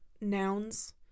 nouns